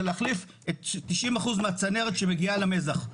זה להחליף 90% מהצנרת שמגיעה למזח.